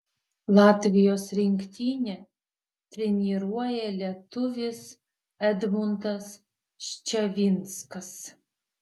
latvijos rinktinę treniruoja lietuvis edmundas ščavinskas